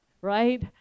Right